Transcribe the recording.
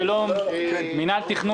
זה לא מינהל תכנון.